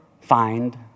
find